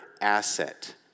asset